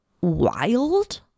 wild